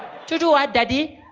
to do what daddy?